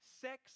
sex